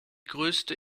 größte